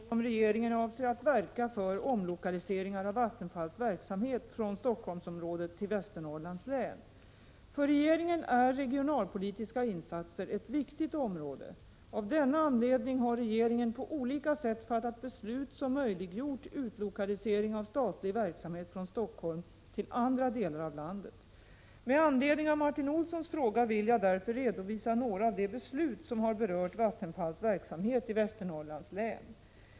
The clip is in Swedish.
Herr talman! Martin Olsson har frågat mig om regeringen avser att verka för omlokalisering av Vattenfalls verksamhet från Stockholmsområdet till Västernorrlands län. För regeringen är regionalpolitiska insatser ett viktigt område. Av denna anledning har regeringen på olika sätt fattat beslut som möjliggjort utlokalisering av statlig verksamhet från Stockholm till andra delar av landet. Med anledning av Martin Olssons fråga vill jag därför redovisa några av de beslut som har berört Vattenfalls verksamhet i Västernorrlands län.